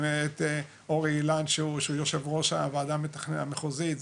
את אורי אילן שהוא יושב ראש הוועדה המתכננת המחוזית,